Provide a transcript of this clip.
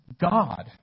God